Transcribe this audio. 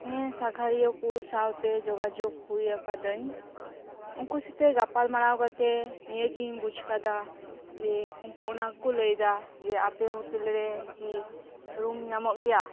ᱦᱮᱸ ᱥᱟᱸᱜᱷᱟᱨᱤᱭᱟᱹ ᱠᱚ ᱥᱟᱶ ᱛᱮ ᱡᱳᱜᱟ ᱡᱳᱜᱽ ᱦᱩᱭ ᱟᱠᱟᱹᱫᱟᱹᱧ ᱩᱝᱠᱩ ᱥᱟᱶᱛᱮ ᱜᱟᱯᱟᱞ ᱢᱟᱨᱟᱣ ᱠᱟᱛᱮᱫ ᱱᱤᱭᱟᱹᱜᱮᱧ ᱵᱩᱡᱽ ᱟᱠᱟᱫᱟ ᱡᱮ ᱩᱱᱠᱩ ᱚᱱᱟ ᱠᱚ ᱞᱟᱹᱭ ᱮᱫᱟ ᱡᱮ ᱟᱯᱮ ᱦᱳᱴᱮᱞ ᱨᱮᱠᱤ ᱨᱩᱢ ᱧᱟᱢᱚᱜ ᱜᱮᱭᱟ